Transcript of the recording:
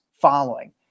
Following